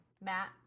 Matt